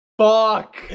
Fuck